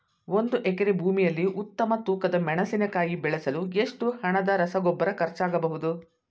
ಒಂದು ಎಕರೆ ಭೂಮಿಯಲ್ಲಿ ಉತ್ತಮ ತೂಕದ ಮೆಣಸಿನಕಾಯಿ ಬೆಳೆಸಲು ಎಷ್ಟು ಹಣದ ರಸಗೊಬ್ಬರ ಖರ್ಚಾಗಬಹುದು?